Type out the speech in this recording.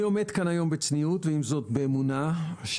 אני עומד כאן היום בצניעות ועם זאת באמונה שאנו,